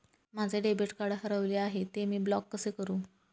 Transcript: माझे debit card हरविले आहे, ते मी ब्लॉक कसे करु?